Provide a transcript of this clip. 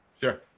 sure